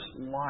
life